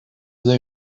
they